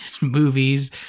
movies